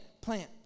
plant